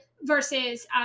Versus